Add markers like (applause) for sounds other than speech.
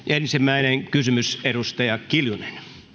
(unintelligible) ensimmäinen kysymys edustaja kiljunen